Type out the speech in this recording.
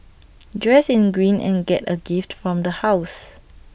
dress in green and get A gift from the house